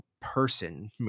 person